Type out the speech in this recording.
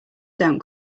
don‘t